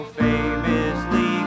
famously